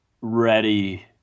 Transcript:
ready